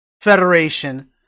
Federation